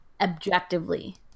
objectively